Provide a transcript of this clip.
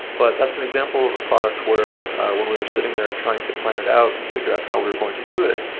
but that's an example of a product where when we're sitting there trying to plan it out and figure out how we're going to do it,